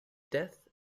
death